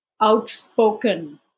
outspoken